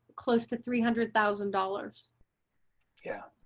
close to three hundred thousand dollars yeah